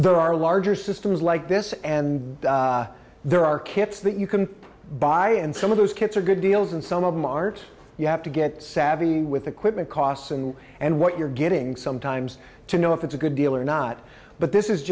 there are larger systems like this and there are kits that you can buy and some of those kits are good deals and some of them art you have to get savvy with equipment costs and and what you're getting sometimes to know if it's a good deal or not but this is